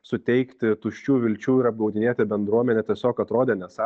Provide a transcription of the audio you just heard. suteikti tuščių vilčių ir apgaudinėti bendruomenę tiesiog atrodė nesa